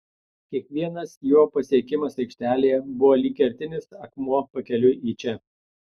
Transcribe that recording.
kiekvienas jo pasiekimas aikštelėje buvo lyg kertinis akmuo pakeliui į čia